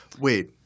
Wait